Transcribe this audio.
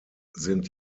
sind